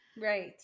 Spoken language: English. Right